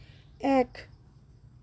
এক